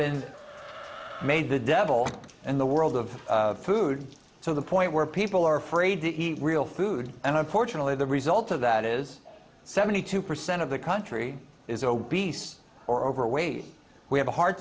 been made the devil and the world of food so the point where people are afraid to eat real food and unfortunately the result of that is seventy two percent of the country is obese or overweight we have heart